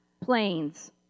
Planes